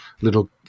little